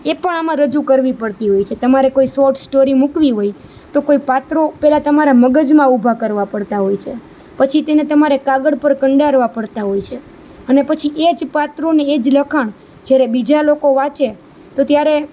એ પણ આમાં રજૂ કરવી પડતી હોય છે તમારે કોઈ શોર્ટ સ્ટોરી મૂકવી હોય તો કોઈ પાત્રો તમારા મગજમાં ઊભા કરવા પડતાં હોય છે પછી તેને તમારે તેને કાગળ પર કંડારવા પડતાં હોય છે અને પછી એ જ પાત્રોને એ જ લખાણ જ્યારે બીજા લોકો વાંચે તો ત્યારે